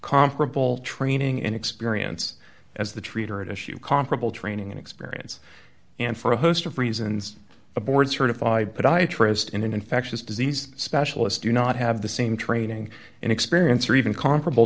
comparable training and experience as the trader at issue comparable training and experience and for a host of reasons a board certified podiatrist in an infectious disease specialist do not have the same training and experience or even comparable